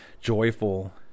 joyful